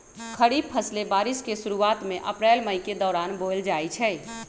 खरीफ फसलें बारिश के शुरूवात में अप्रैल मई के दौरान बोयल जाई छई